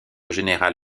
général